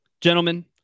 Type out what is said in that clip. Gentlemen